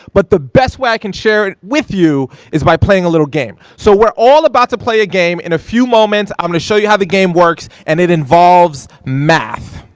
but the best way i can share it with you is by playing a little game. so we're all about to play a game in a few moments. i'm gonna show you how the game works, and it involves math.